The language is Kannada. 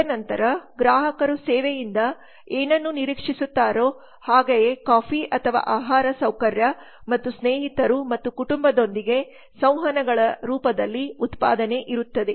ತದನಂತರ ಗ್ರಾಹಕರು ಸೇವೆಯಿಂದ ಏನನ್ನು ನಿರೀಕ್ಷಿಸುತ್ತಾರೋ ಹಾಗೆಯೇ ಕಾಫಿ ಅಥವಾ ಆಹಾರ ಸೌಕರ್ಯ ಮತ್ತು ಸ್ನೇಹಿತರು ಮತ್ತು ಕುಟುಂಬದೊಂದಿಗೆ ಸಂವಹನಗಳ ರೂಪದಲ್ಲಿ ಉತ್ಪಾದನೆ ಔಟ್ಪುಟ್ ಇರುತ್ತದೆ